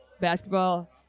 basketball